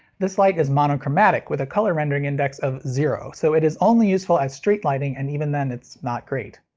this light is monochromatic with a color rendering index of zero, so it is only useful as street lighting, and even then it's not great.